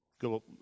go